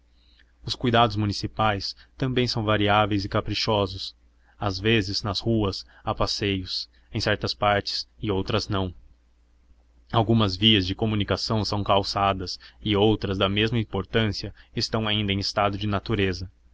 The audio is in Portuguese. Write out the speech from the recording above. os cuidados municipais também são variáveis e caprichosos às vezes nas ruas há passeios em certas partes e outras não algumas vias de comunicação são calçadas e outras da mesma importância estão ainda em estado de natureza